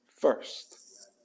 first